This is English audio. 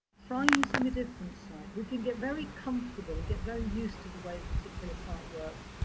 try using a different site. we can get very comfortable and get very used to the way a particular site works.